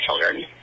children